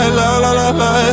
la-la-la-la